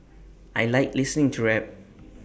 I Like listening to rap